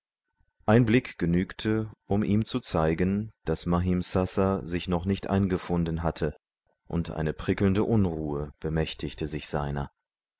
ein blick genügte um ihm zu zeigen daß mahimsasa sich noch nicht eingefunden hatte und eine prickelnde unruhe bemächtigte sich seiner